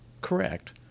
correct